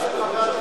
זה ייקח זמן,